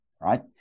right